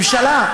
הממשלה.